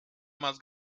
más